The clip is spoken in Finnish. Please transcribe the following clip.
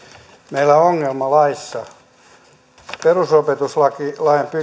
meillä on ongelma laissa perusopetuslaki